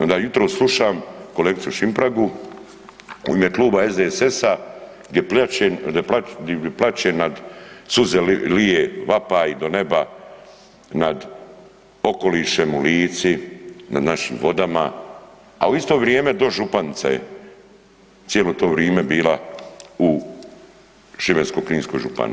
Onda jutros slušam kolegicu Šimpragu u ime Kluba SDSS-a gdje plače nad, suze lije, vapaj do neba nad okolišem u Lici, na našim vodama, a u isto vrijeme, dožupanica je cijelo to vrijeme bila u Šibensko-kninskoj županiji.